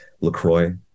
Lacroix